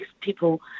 people